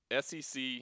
SEC